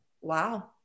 wow